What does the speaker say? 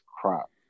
crop